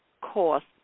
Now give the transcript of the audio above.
cost